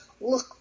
look